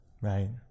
right